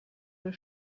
der